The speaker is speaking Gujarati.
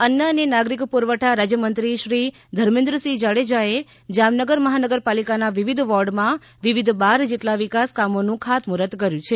અન્ન અને નાગરિક પુરવઠા રાજ્યમંત્રીશ્રી ધર્મેન્દ્વસિંહ જાડેજાએ જામનગર મહાનગરપાલિકાના વિવિધ વોર્ડમાં વિવિધ બાર જેટલાં વિકાસ કામોનું ખાતમુર્હત કર્યું છે